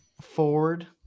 forward